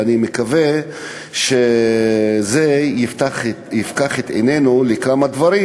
ואני מקווה שזה יפקח את עינינו לכמה דברים,